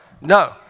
No